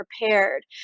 prepared